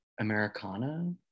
Americana